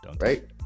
Right